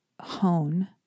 hone